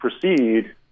proceed